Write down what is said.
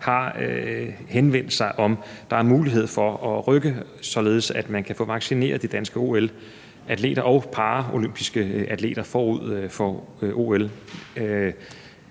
har henvendt sig om, hvorvidt der er mulighed for at rykke det, således at man kan få vaccineret de danske OL-atleter og paralympiske atleter forud for OL,